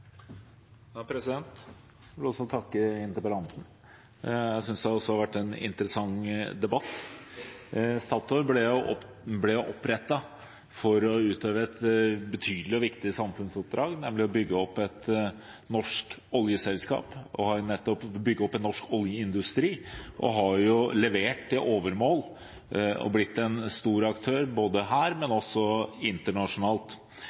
vil også takke interpellanten, og jeg synes det har vært en interessant debatt. Statoil ble jo opprettet for å utøve et betydelig og viktig samfunnsoppdrag, nemlig å bygge opp et norsk oljeselskap og en norsk oljeindustri. De har levert til overmål og blitt en stor aktør, både her og internasjonalt,